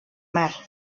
mar